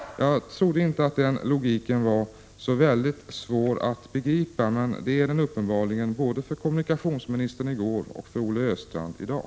Jag trodde inte att den logiken var så svår att begripa, men det är den uppenbarligen — det var den för kommunikationsministern i går, och det är den för Olle Östrand i dag.